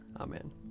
Amen